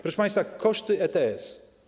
Proszę państwa, koszty ETS.